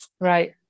Right